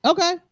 Okay